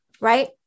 Right